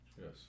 Yes